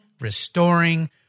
restoring